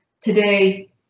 today